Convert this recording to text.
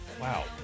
Wow